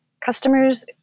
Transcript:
customers